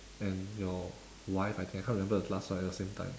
and your wife I think I can't remember the last part at the same time